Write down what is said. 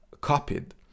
copied